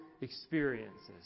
experiences